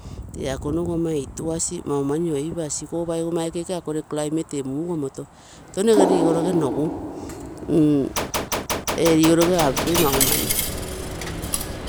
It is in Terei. Tee akonogu ama ituasi, maumani oipasi ikkogo paigomma aike iko akogere climate tee mugomto, tono ege rigoroge nogu, ee rigoroge apakui maumani.